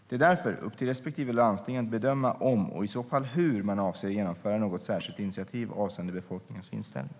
Det är därför upp till respektive landsting att bedöma om och i så fall hur man avser att genomföra något särskilt initiativ avseende befolkningens inställning.